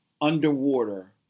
underwater